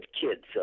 kids